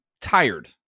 tired